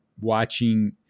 watching